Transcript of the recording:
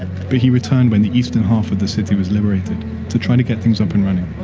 but he returned when the eastern half of the city was liberated to try to get things up and running.